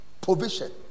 provision